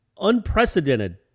unprecedented